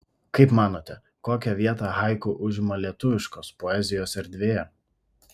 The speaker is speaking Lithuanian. kaip manote kokią vietą haiku užima lietuviškos poezijos erdvėje